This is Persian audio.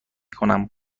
کنم